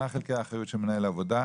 מהם חלקי האחריות של מנהל העבודה?